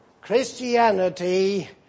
Christianity